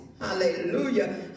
Hallelujah